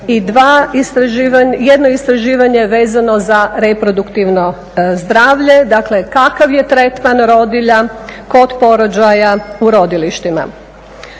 i jedno istraživanje vezano za reproduktivno zdravlje, dakle kakav je tretman rodilja kod porođaja u rodilištima.